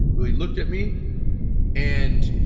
but he looked at me and